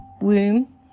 womb